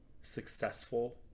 successful